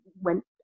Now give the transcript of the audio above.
went